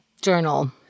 journal